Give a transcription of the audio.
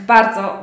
Bardzo